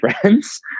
friends